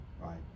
right